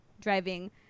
driving –